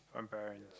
on parents